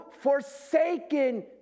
forsaken